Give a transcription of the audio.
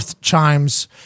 chimes